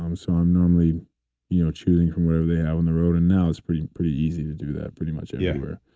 um so i'm normally you know choosing from whatever they have on the road. and now it's pretty pretty easy to do that pretty much everywhere,